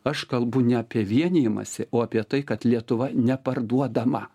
aš kalbu ne apie vienijimąsi o apie tai kad lietuva neparduodama